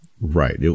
Right